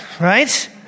right